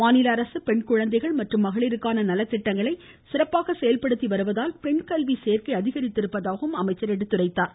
மாநில அரசு பெண்குழந்தைகள் மற்றும் மகளிருக்கான நலத்திட்டங்களை சிறப்பாக செயல்படுத்தி வருவதால் பெண்கல்வி சேர்க்கை அதிகரித்திருப்பதாகவும் அவர் எடுத்துரைத்தார்